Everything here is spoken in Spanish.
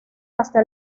hasta